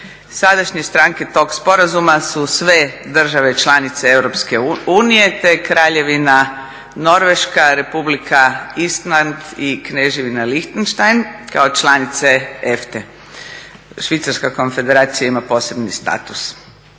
Sadašnje stranke tog sporazuma su sve države članice EU, te Kraljevina Norveška, Republika Island i Kneževina Lihtenštajn kao članice EFTA-e. Švicarska konfederacija ima posebni status.